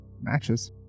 Matches